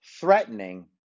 threatening